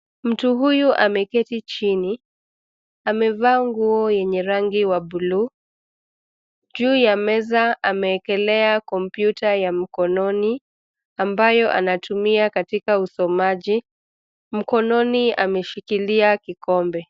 Mtu huyu ameketi chini, amevaa nguo yenye rangi wa bluu, juu ya meza ameekelea kompyuta ya mkononi, ambayo anatumia katika usomaji. Mkononi ameshikilia kikombe.